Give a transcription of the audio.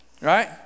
right